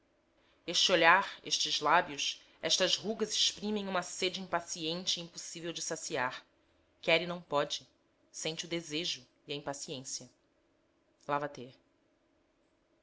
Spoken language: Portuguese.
este olhar estes lábios estas rugas exprimem uma sede impaciente e impossível de saciar quer e não pode sente o desejo e a impaciência